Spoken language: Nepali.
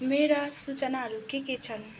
मेरा सूचनाहरू के के छन्